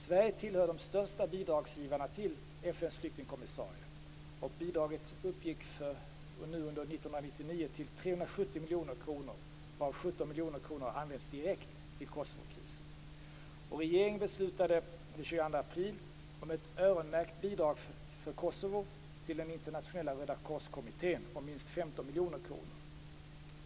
Sverige tillhör de största bidragsgivarna till UNHCR för 1999 uppgår till 370 miljoner kronor, varav 17 miljoner kronor har använts direkt till Kosovokrisen. Regeringen beslutade den 22 april om ett öronmärkt bidrag för Kosovo till Internationella rödakorskommittén om minst 15 miljoner kronor.